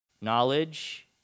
Knowledge